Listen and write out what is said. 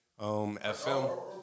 FM